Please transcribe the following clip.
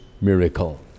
miracle